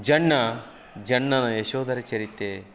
ಜನ್ನ ಜನ್ನನ ಯಶೋಧರ ಚರಿತೆ